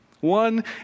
One